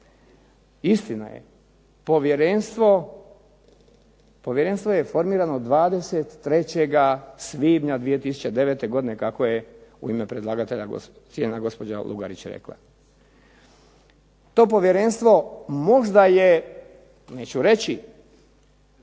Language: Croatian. Istina je povjerenstvo je formirano 23. svibnja 2009. godine kako je u ime predlagatelja cijenjena gospođa Lugarić rekla. To povjerenstvo možda je neću reći